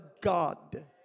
God